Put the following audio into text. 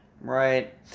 right